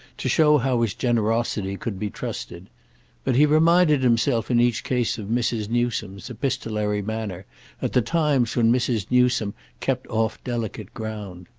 to show how his generosity could be trusted but he reminded himself in each case of mrs. newsome's epistolary manner at the times when mrs. newsome kept off delicate ground.